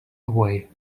away